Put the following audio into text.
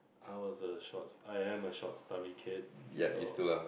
I was a short I am a short stubby kid so